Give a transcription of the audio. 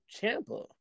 Champa